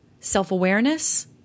self-awareness